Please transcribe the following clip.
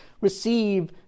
Receive